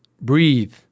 breathe